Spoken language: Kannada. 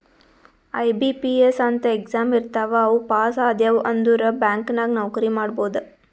ಐ.ಬಿ.ಪಿ.ಎಸ್ ಅಂತ್ ಎಕ್ಸಾಮ್ ಇರ್ತಾವ್ ಅವು ಪಾಸ್ ಆದ್ಯವ್ ಅಂದುರ್ ಬ್ಯಾಂಕ್ ನಾಗ್ ನೌಕರಿ ಮಾಡ್ಬೋದ